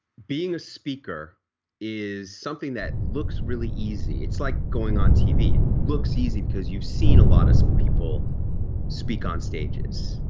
being a speaker is something that looks really easy. it's like going on t v. it looks easy because you've seen a lot of people speak on stages.